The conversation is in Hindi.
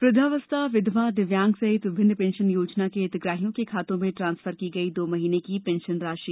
वृद्धावस्था विधवा दिव्याग सहित विभिन्न पेंशन योजना के हितग्राहियों के खातों में ट्रांसफर की गई दो महीने की पेंशन राशि